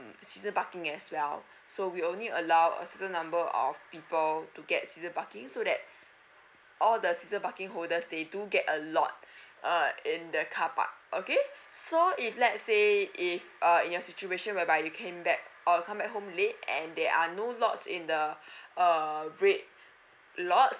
season parking as well so we only allow a certain number of people to get season parking so that all the season parking holders they do get a lot uh in the car park okay so if let's say if uh your situation whereby you came back or come back home late and they are no lots in the err red lots